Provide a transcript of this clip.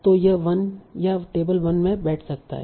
तो यह 1 या टेबल 1 में बैठ सकता है